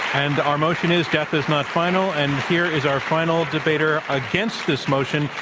and our motion is, death is not final, and here is our final debater against this motion,